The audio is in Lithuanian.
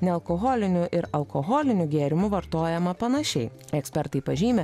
nealkoholinių ir alkoholinių gėrimų vartojama panašiai ekspertai pažymi